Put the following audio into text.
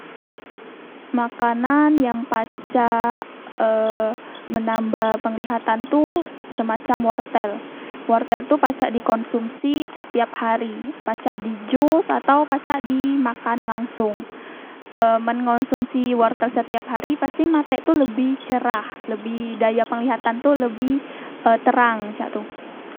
Makanan yang pacak e menambah penglihatan tu semacam wortel wortel tu pacak di konsumsi setiap hari pacak di jus atau pacak di makan langsong e men ngonsumsi wortel setiap hari pasti matek tu lebih cerah e lebih e daya penglihatan tu lebih terang cak tu